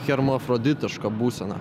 hermafroditiška būsena